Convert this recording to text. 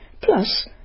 Plus